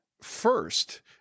first